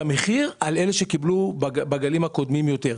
המחיר על אלה שקיבלו בגלים הקודמים יותר.